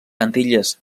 antilles